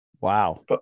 Wow